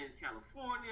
California